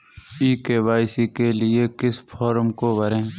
ई KYC के लिए किस फ्रॉम को भरें?